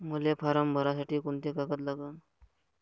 मले फारम भरासाठी कोंते कागद लागन?